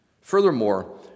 Furthermore